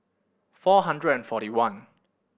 four hundred and forty one